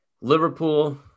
Liverpool